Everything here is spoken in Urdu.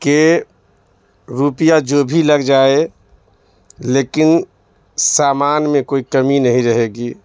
کہ روپیہ جو بھی لگ جائے لیکن سامان میں کوئی کمی نہیں رہے گی